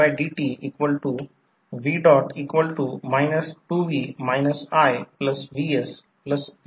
तर जर तसे असेल तर हे अॅप्रॉसिमेट इक्विवलेंट सर्किट आहे ज्याला प्रायमरी म्हणून संदर्भित केले जाते हे RE1 आहे हे XE1 आहे